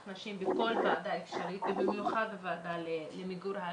נשים בכל ועדה אפשרית ובמיוחד בוועדה למיגור האלימות.